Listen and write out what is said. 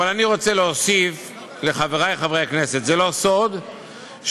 אבל אני רוצה להוסיף לחברי חברי הכנסת: זה לא סוד שמדינת